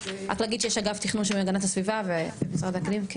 רק להגיד שיש אגף תכנון של הגנת הסביבה ומשרד האקלים.